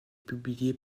publiée